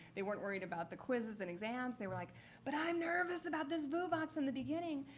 they weren't worried about the quizzes and exams. they were like but i'm nervous about this vuvox in the beginning.